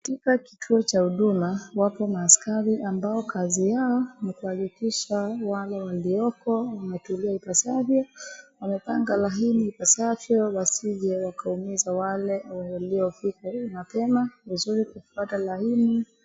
Katika kituo cha huduma wako maaskari ambao kazi yao ni kuhakikisha wale waliopo wametulia ipasavyo, wamepanga laini ipasavyo wasije wakaumiza wale waliofika mapema ni vizuri kufuata [cslaini .